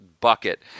bucket